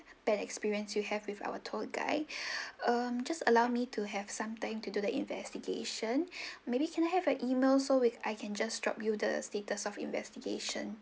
bad experience you have with our tour guide um just allow me to have some time to do the investigation maybe can I have your email so with I can just drop you the status of investigation